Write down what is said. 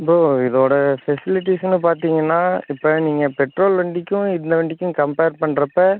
bro இதோடய ஃபெசிலிட்டீஸுனு பார்த்தீங்கன்னா இப்போ நீங்கள் பெட்ரோல் வண்டிக்கும் இந்த வண்டிக்கும் கம்ப்பேர் பண்ணுறப்ப